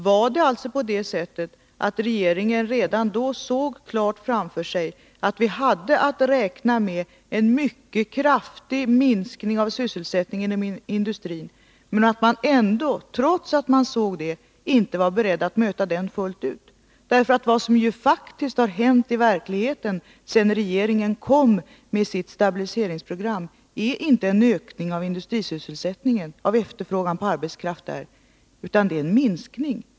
Var det alltså på det sättet att regeringen redan då klart såg framför sig att vi hade att räkna med en mycket kraftig minskning av sysselsättningen inom industrin, men att man ändå — trots att man insåg det — inte var beredd att möta den fullt ut? Vad som i verkligheten har skett sedan regeringen kom med sitt stabiliseringsprogram är ju inte en ökning av industrisysselsättningen, av efterfrågan på arbetskraft där, utan en minskning.